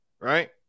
right